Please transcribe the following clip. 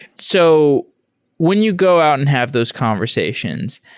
so when you go out and have those conversations,